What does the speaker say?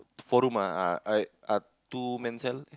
four room ah ah two man cell